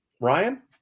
Ryan